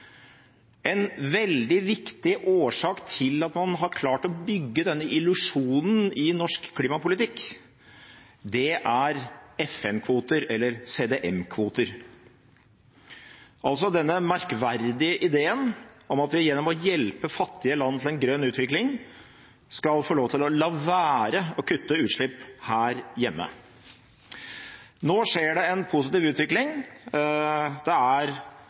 En veldig viktig årsak til at man har klart å bygge denne illusjonen i norsk klimapolitikk er FN-kvoter – eller CDM-kvoter – altså denne merkverdige ideen om at vi gjennom å hjelpe fattige land til en grønn utvikling skal få lov til å la være å kutte utslipp her hjemme. Nå skjer det en positiv utvikling. Det er